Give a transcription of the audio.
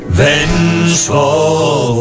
vengeful